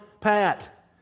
pat